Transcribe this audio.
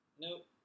Nope